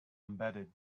embedded